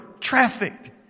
trafficked